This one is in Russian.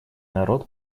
народ